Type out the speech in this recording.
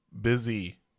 busy